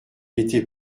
était